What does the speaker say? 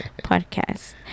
podcast